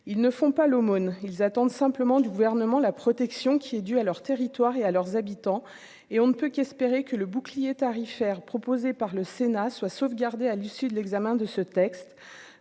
ils ne font pas l'aumône, ils attendent simplement du gouvernement la protection qui est dû à leur territoire et à leurs habitants, et on ne peut qu'espérer que le bouclier tarifaire proposée par le Sénat soit sauvegardés à l'issue de l'examen de ce texte,